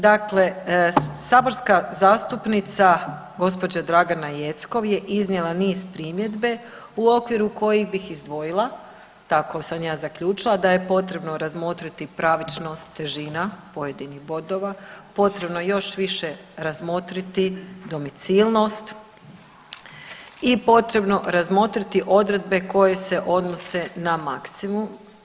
Dakle, saborska zastupnica gospođa Dragana Jeckov je iznijela niz primjedbe u okviru kojih bi izdvojila, tako sam ja zaključila da je potrebno razmotriti pravičnost težina pojedinih bodova, potrebno još više razmotriti domicilnost i potrebno razmotriti odredbe koje se odnose na maksimum.